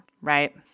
right